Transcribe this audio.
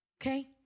Okay